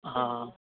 ہاں